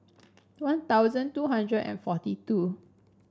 One Thousand two hundred and forty two